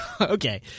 Okay